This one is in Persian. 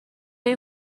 این